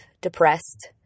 depressed